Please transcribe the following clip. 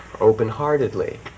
open-heartedly